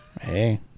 Hey